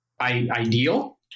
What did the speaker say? ideal